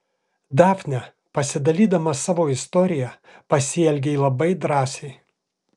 dafne pasidalydama savo istorija pasielgei labai drąsiai